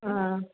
ആ